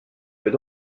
peut